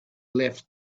left